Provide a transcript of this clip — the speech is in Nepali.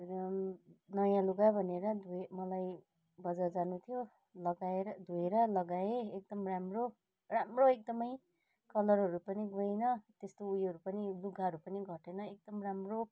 र नयाँ लुगा भनेर धुएँ मलाई बजार जानु थियो लगाएर धुएर लगाए एकदम राम्रो राम्रो एकदमै कलरहरू पनि गएन त्यस्तो उयोहरू पनि लुगाहरू पनि घटेन एकदम राम्रो